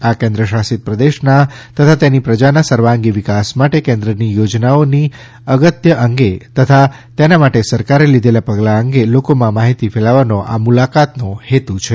આ કેન્દ્રશાસિત પ્રદેશના તથા તેની પ્રજાના સર્વાંગી વિકાસ માટે કેન્દ્રની યોજનાઓની અગત્ય અંગે તથા તેના માટે સરકારે લીધેલાં પગલાં અંગે લોકોમાં માહિતી ફેલાવવાનો આ મુલાકાતનો હેતુ છે